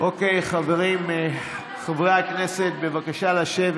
חברים, חברי הכנסת, בבקשה לשבת.